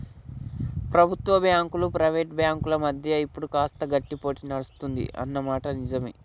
ప్రభుత్వ బ్యాంకులు ప్రైవేట్ బ్యాంకుల మధ్య ఇప్పుడు కాస్త గట్టి పోటీ నడుస్తుంది అన్న మాట నిజవే